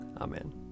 Amen